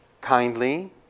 kindly